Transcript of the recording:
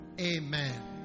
Amen